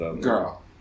girl